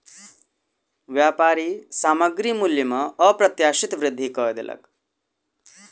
व्यापारी सामग्री मूल्य में अप्रत्याशित वृद्धि कय देलक